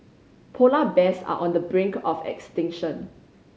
polar bears are on the brink of extinction